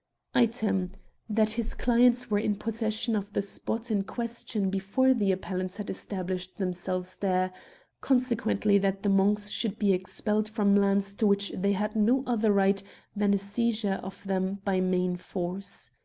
item that his clients were in possession of the spot in question before the appellants had established themselves there consequently that the monks should be expelled from lands to which they had no other right than a seizure of them by main force.